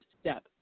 step